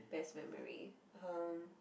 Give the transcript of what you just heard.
best memory um